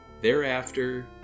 Thereafter